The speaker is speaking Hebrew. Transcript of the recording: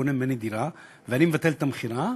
קונה ממני דירה ואני מבטל את המכירה,